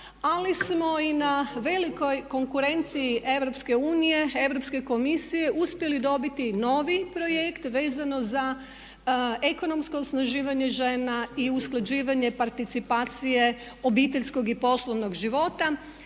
ali smo i na velikoj konkurenciji EU, Europske komisije uspjeli dobiti novi projekt vezano za ekonomsko osnaživanje žena i usklađivanje participacije obiteljskog i poslovnog života.